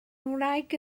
ngwraig